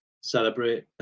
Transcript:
celebrate